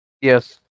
Yes